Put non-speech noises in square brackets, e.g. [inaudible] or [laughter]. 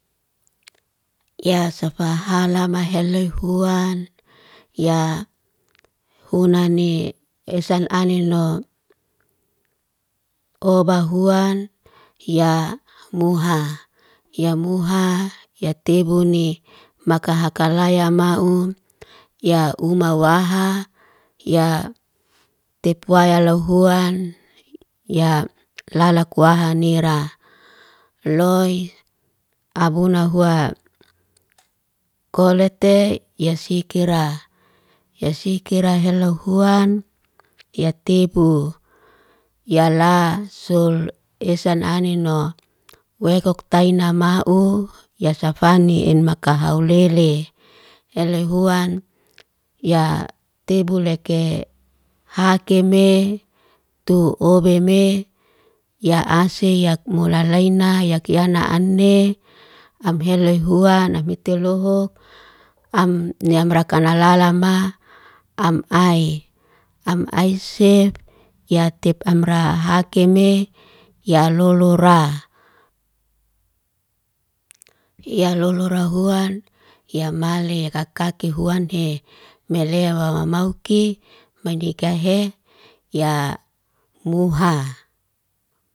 Yaa safahala maheloi huwan. Yaa hunani esan ane no [hesitation] obahuwan. Yaa muhaa. Yaa muhaa yaa tebuni makahakalaya maa'um. Yaa umawaaha. Yaa tepuwaaya lau huwan. Yaa lalakuwaaha nira. Loy abuna huwa kolete yaa sikiraa. Yaa siikiraa helu huwan. Yaa tebu. Yaa laa sul esan ane noo. Wekok tayna maa'u yaa safani in makahaulele. Hele huwan. Yaa tebuleke hakeme. Tu obeme. Yaa ase. Yak mulalaina. Yak kiana ane. Am helu huwan. Amitiloho am ni'amra kanalala maa. Am ai. Am ai sef. Yaa tepamra hakeme. Yaa lolora yaa lolora huwan. Yaa male kakaki huwan he. Melea wawamauki. Manikahe. Yaa muha.